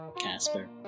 Casper